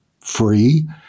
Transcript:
free